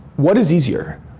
what is easier?